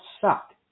sucked